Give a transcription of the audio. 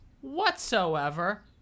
whatsoever